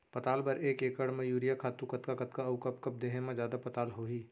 पताल बर एक एकड़ म यूरिया खातू कतका कतका अऊ कब कब देहे म जादा पताल होही?